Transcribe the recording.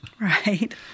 Right